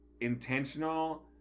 intentional